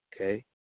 okay